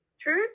True